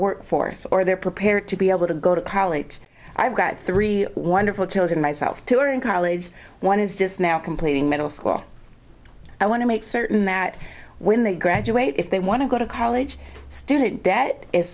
work force or they're prepared to be able to go to college i've got three wonderful children myself two are in college one is just now completing middle school i want to make certain that when they graduate if they want to go to college student debt is